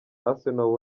arsenal